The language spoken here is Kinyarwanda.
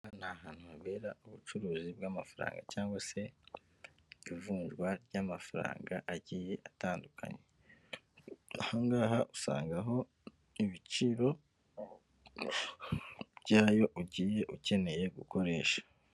Na hantu habera ubucuruzi bw'amafaranga cyangwa se ivunjwa ry'amafaranga agiye atandukanye, aha ngaha usanga aho ibiciro byayo ugiye ukeneye gukoresha.